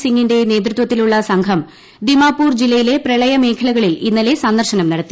സിംഗിന്റെ നേതൃത്വത്തിലുള്ള സംഘം ദിമാപൂർ ജില്ലയിലെ പ്രളയ മേഖലകളിൽ ഇന്നലെ സന്ദർശനം നടത്തി